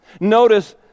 Notice